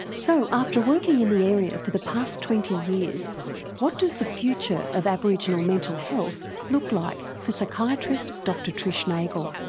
so after working in the area for the past twenty years what does the future of aboriginal mental health look like for psychiatrist dr trish nagel.